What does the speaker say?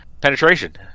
penetration